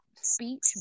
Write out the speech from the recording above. speech